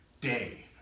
day